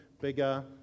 bigger